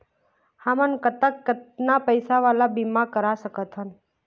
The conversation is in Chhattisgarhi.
हमन कतेक कितना पैसा वाला बीमा करवा सकथन?